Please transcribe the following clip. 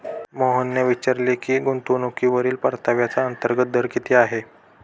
मोहनने विचारले की गुंतवणूकीवरील परताव्याचा अंतर्गत दर किती आहे?